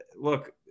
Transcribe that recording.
look